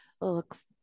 looks